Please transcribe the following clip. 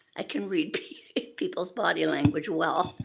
i can read people's body language well.